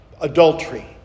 adultery